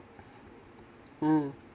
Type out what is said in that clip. mm